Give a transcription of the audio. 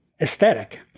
aesthetic